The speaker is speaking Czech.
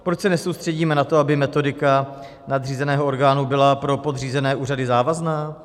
Proč se nesoustředíme na to, aby metodika nadřízeného orgánu byla pro podřízené úřady závazná?